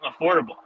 affordable